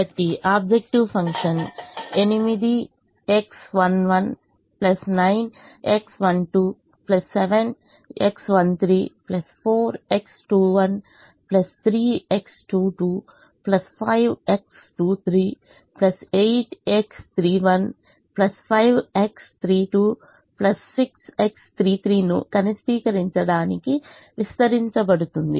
కాబట్టి objective function 8X11 9X12 7X13 4X21 3X22 5X23 8X31 5X32 6X33 ను కనిష్టీకరించడానికి విస్తరించబడుతుంది